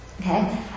Okay